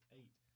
eight